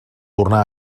tornar